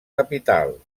capital